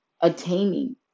attaining